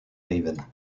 haven